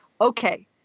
okay